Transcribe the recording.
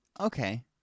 Okay